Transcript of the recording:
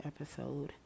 episode